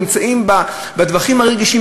הם נמצאים בטווחים הרגישים,